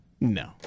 No